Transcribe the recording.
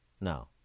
No